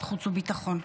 והביטחון.